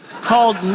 Called